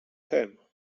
hem